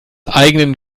eigenen